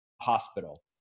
hospital